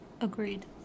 Agreed